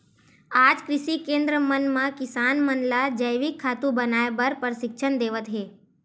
आज कृषि केंद्र मन म किसान मन ल जइविक खातू बनाए बर परसिक्छन देवत हे